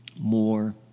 more